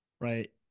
right